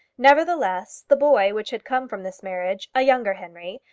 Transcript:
nevertheless the boy which had come from this marriage, a younger henry,